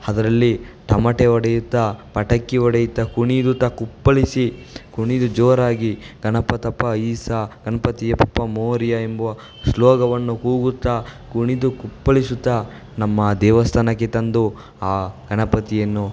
ಅದರಲ್ಲಿ ತಮಟೆ ಹೊಡೆಯುತ್ತ ಪಟಾಕಿ ಹೊಡೆಯುತ್ತ ಕುಣಿಯುತ್ತ ಕುಪ್ಪಳಿಸಿ ಕುಣಿದು ಜೋರಾಗಿ ಗಣಪತಪ್ಪ ಐಸಾ ಗಣಪತಿ ಬಪ್ಪಾ ಮೋರೆಯಾ ಎಂಬುವ ಶ್ಲೋಗನನ್ನು ಕೂಗುತ್ತಾ ಕುಣಿದು ಕುಪ್ಪಳಿಸುತ್ತ ನಮ್ಮ ದೇವಸ್ಥಾನಕ್ಕೆ ತಂದು ಆ ಗಣಪತಿಯನ್ನು